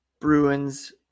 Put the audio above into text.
bruins